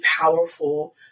powerful